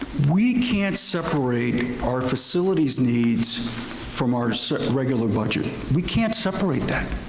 we can't separate our facilities needs from our so regular budget, we can't separate that.